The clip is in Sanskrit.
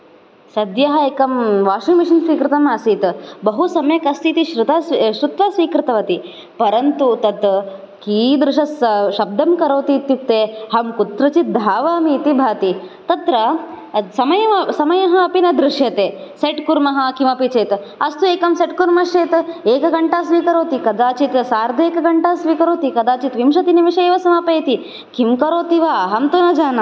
सद्यः एकं वाशीङ्ग् मशीन् स्वीकृतम् आसीत् बहु सम्यक् अस्तीति श्रुत्वा स्वीकृतवती परन्तु तत् कीदृशः श शब्दं करोति इत्युक्ते अहं कुत्रचित् धावामि इति भाति तत्र समय समयः अपि न दृश्यते सेट् कुर्मः किमपि चेत् अस्तु एकं सेट् कुर्मः चेत् एकघण्टा स्वीकरोति कदाचित् सार्ध एकघण्टा स्वीकरोति कदाचित् विंशतिनिमेषे एव समापयति किं करोति वा अहं तु न जानामि